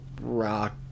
rock